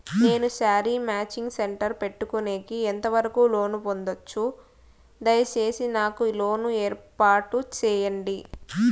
నేను sari matching centre పెట్టుకునేకి ఎంత వరకు లోను పొందొచ్చు? దయసేసి నాకు లోను ఏర్పాటు సేయండి?